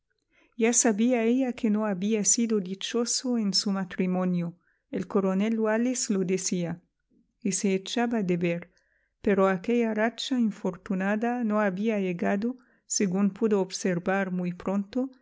ya sabía ella que no había sido dichoso en su matrimonio el coronel wallis lo decía y se echaba de ver pero aquella racha infortunada no había llegadosegún pudo observar muy prontoa